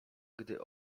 gdy